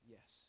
Yes